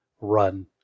run